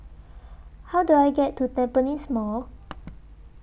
How Do I get to Tampines Mall